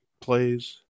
plays